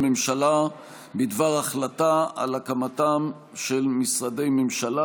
הממשלה בדבר החלטה על הקמתם של משרדי ממשלה.